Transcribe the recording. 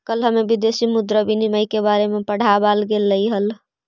कल हमें विदेशी मुद्रा विनिमय के बारे में पढ़ावाल गेलई हल